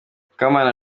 mukamana